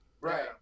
right